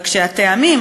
רק שהטעמים,